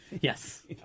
Yes